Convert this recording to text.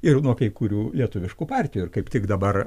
ir nuo kai kurių lietuviškų partijų ir kaip tik dabar